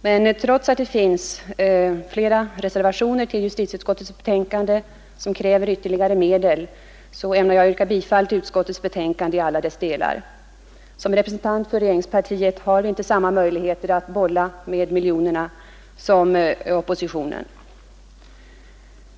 men trots att det finns flera reservationer till utskottets betänkande som kräver ytterligare medel ämnar jag yrka bifall till utskottets betänkande i alla dess delar. Som representant för regeringspartiet har man inte samma möjlighet som oppositionen att bolla med miljonerna.